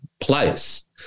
place